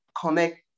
connect